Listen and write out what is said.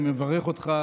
אני מברך אותך